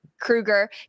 Kruger